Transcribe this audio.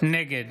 נגד